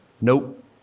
Nope